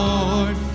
Lord